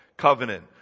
covenant